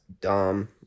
dumb